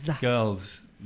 girls